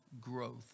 growth